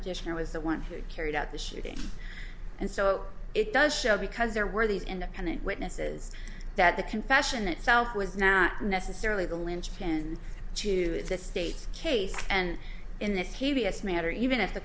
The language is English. petitioner was the one who carried out the shooting and so it does show because there were these independent witnesses that the confession itself was not necessarily the linchpin to the state's case and in this heaviest matter even if the